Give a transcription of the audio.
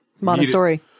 Montessori